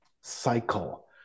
cycle